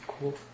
Cool